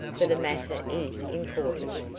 for the matter is important.